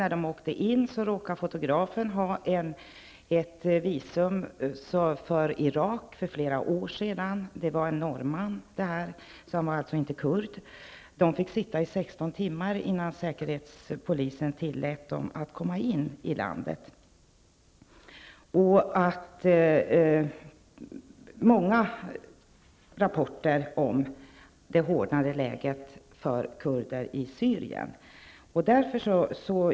När de åkte in i landet råkade fotografen ha ett visum för Irak, som var flera år gammalt. Fotografen var norrman och alltså inte kurd. Personerna fick vänta i sexton timmar innan säkerhetspolisen tillät dem att komma in i landet. Det har kommit många rapporter om det hårdnande läget för kurder i Syrien.